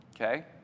okay